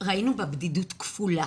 ראינו בה בדידות כפולה